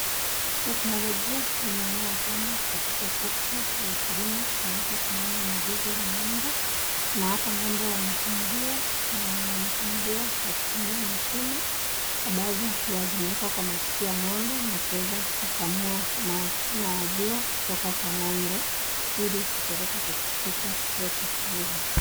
Teknolojia imeenea sana katika sekta ya ukulima na hapa tunaona ni zizi la ng'ombe na hapa ng'ombe wanakamuliwa, na wanakamuliwa kwa kutumia mashine ambazo huwa zinaekwa kwa matiti ya ng'ombe na kuweza kukamua maziwa kutoka kwa ng'ombe ili kupeleka katika kituo cha kuuza.